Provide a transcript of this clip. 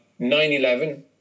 9-11